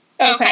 Okay